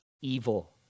evil